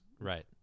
Right